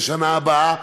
לשנה הבאה,